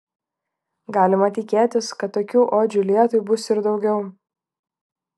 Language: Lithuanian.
galima tikėtis kad tokių odžių lietui bus ir daugiau